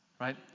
right